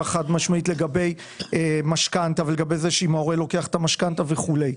חד משמעית לגבי משכנתא ולגבי זה שהורה לוקח את המשכנתא וכדומה.